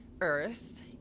Earth